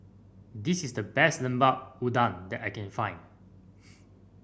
this is the best Lemper Udang that I can find